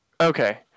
Okay